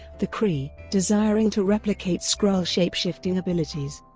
the kree, desiring to replicate skrull shapeshifting abilities,